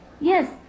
Yes